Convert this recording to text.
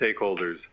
stakeholders